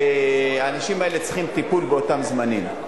שהאנשים האלה צריכים טיפול באותם זמנים.